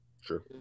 Sure